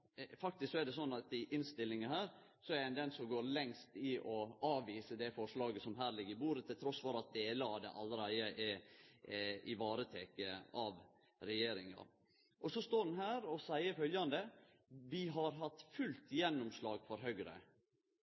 Faktisk er det sånn at i innstillinga er han den som går lengst i å avvise det forslaget som her ligg på bordet, trass i at delar av det allereie er vareteke av regjeringa. Så står han her og seier: Vi har hatt fullt gjennomslag for Høgre.